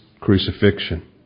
crucifixion